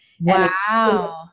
Wow